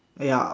!aiya!